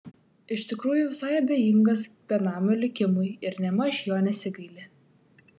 iš tikrųjų visai abejingas benamio likimui ir nėmaž jo nesigaili